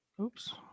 Oops